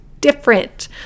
different